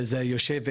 איפה יושבים,